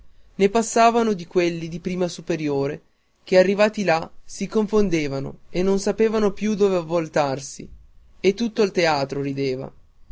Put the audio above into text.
ne passavano di quelli di prima superiore che arrivati là si confondevano e non sapevano più dove voltarsi e tutto il teatro rideva